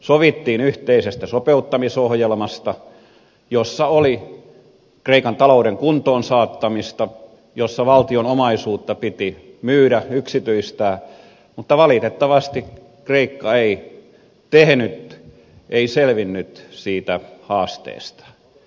sovittiin yhteisestä sopeuttamisohjelmasta jossa oli kreikan talouden kuntoonsaattamista jossa valtion omaisuutta piti myydä yksityistää mutta valitettavasti kreikka ei tehnyt sitä ei selvinnyt siitä haasteesta